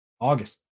August